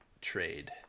trade